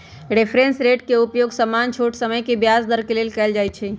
reference rate के उपयोग सामान्य छोट समय के ब्याज दर के लेल कएल जाइ छइ